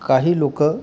काही लोक